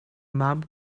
mam